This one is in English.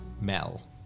Mel